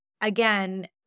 again